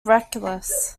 reckless